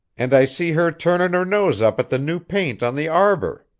and i see her turnin' her nose up at the new paint on the arbor.